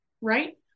right